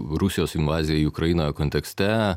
rusijos invaziją į ukrainą kontekste